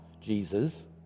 Jesus